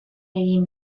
egin